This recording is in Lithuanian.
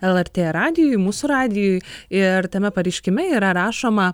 lrt radijui mūsų radijui ir tame pareiškime yra rašoma